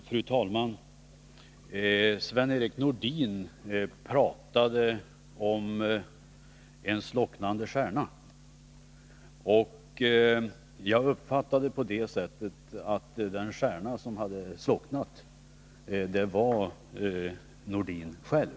Fru talman! Sven-Erik Nordin talade om en slocknad stjärna. Jag uppfattade det så, att den stjärna som hade slocknat var Sven-Erik Nordin själv.